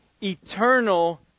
eternal